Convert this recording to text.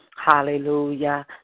Hallelujah